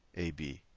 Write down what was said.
a, b.